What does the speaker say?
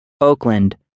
Oakland